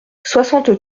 soixante